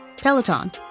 Peloton